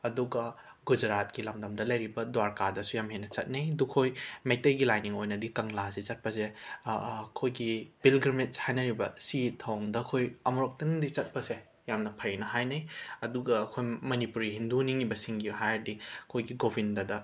ꯑꯗꯨꯒ ꯒꯨꯖꯔꯥꯠꯀꯤ ꯂꯝ ꯗꯝꯗ ꯂꯩꯔꯤꯕ ꯗ꯭ꯋꯥꯔꯀꯥꯗꯁꯨ ꯌꯥꯝꯅ ꯍꯦꯟꯅ ꯆꯠꯅꯩ ꯑꯗꯨ ꯑꯩꯈꯣꯏ ꯃꯩꯇꯩꯒꯤ ꯂꯥꯏꯅꯤꯡ ꯑꯣꯏꯅꯗꯤ ꯀꯪꯂꯥꯁꯦ ꯁꯠꯄꯁꯦ ꯑꯩꯈꯣꯏꯒꯤ ꯄꯤꯜꯒ꯭ꯔꯤꯃꯦꯖ ꯍꯥꯏꯅꯔꯤꯕ ꯁꯤ ꯊꯣꯡꯗ ꯑꯩꯈꯣꯏ ꯑꯃꯨꯛꯂꯛꯇꯪꯗꯤ ꯆꯠꯄꯁꯦ ꯌꯥꯝꯅ ꯐꯩꯌꯦꯅ ꯍꯥꯏꯅꯩ ꯑꯗꯨꯒ ꯑꯩꯈꯣꯏ ꯃꯅꯤꯄꯨꯔꯤ ꯍꯤꯟꯗꯨ ꯅꯤꯡꯉꯤꯕꯁꯤꯡꯒꯤ ꯍꯥꯏꯔꯗꯤ ꯑꯩꯈꯣꯏꯒꯤ ꯒꯣꯕꯤꯟꯗꯗ